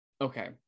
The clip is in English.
Okay